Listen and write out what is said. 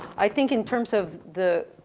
i think in terms of the,